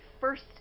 first